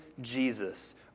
Jesus